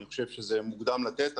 אני חושב שזה מוקדם לתת.